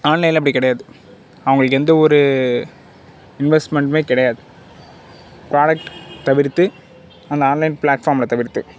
ஆன்லைனில் அப்படி கிடையாது அவங்களுக்கு எந்த ஒரு இன்வெஸ்ட்மெண்ட்டுமே கிடையாது ப்ராடக்ட் தவிர்த்து அந்த ஆன்லைன் ப்ளாட்ஃபார்மில் தவிர்த்து